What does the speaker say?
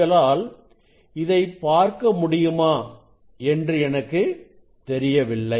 உங்களால் இதை பார்க்க முடியுமா என்று எனக்கு தெரியவில்லை